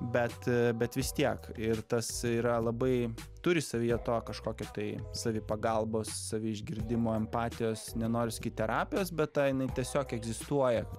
bet bet vis tiek ir tas yra labai turi savyje to kažkokia tai savipagalbos save iš girdimo empatijos nenori sakyti terapijos bet ta jinai tiesiog egzistuoja